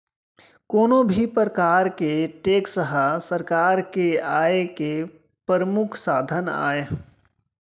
कोनो भी परकार के टेक्स ह सरकार के आय के परमुख साधन आय